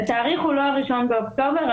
התאריך הוא לא ה-1 באוקטובר,